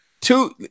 two